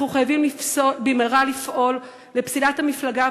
אנחנו חייבים לפעול במהרה לפסילת המפלגה